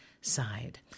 Side